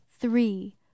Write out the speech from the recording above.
three